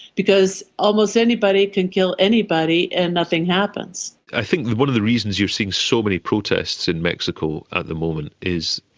because almost anybody can kill anybody and nothing happens. i think one of the reasons you are seeing so many protests in mexico at the moment is,